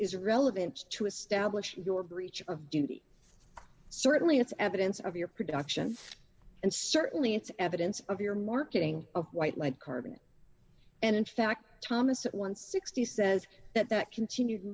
is relevant to establish your breach of duty certainly it's evidence of your production and certainly it's evidence of your marketing of white light carbon and in fact thomas at once sixty says that that continued